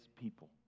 people